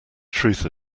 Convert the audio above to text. truth